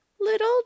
little